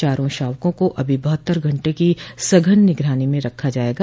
चारों शावकों को अभी बहत्तर घंटे की सघन निगरानी में रखा जायेगा